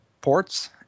ports